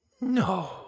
No